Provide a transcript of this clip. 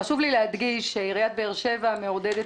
חשוב לי להדגיש שעיריית באר שבע מעודדת